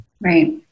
Right